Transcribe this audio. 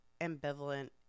Ambivalent